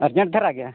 urgent ᱫᱷᱟᱨᱟ ᱜᱮᱭᱟ